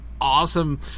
awesome